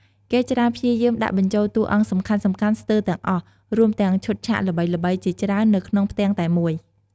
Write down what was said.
គេច្រើនព្យាយាមដាក់បញ្ចូលតួអង្គសំខាន់ៗស្ទើរទាំងអស់ រួមទាំងឈុតឆាកល្បីៗជាច្រើននៅក្នុងផ្ទាំងតែមួយ ។